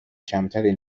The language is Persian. کمتری